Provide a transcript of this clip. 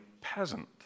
peasant